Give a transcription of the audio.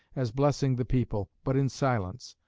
as blessing the people, but in silence.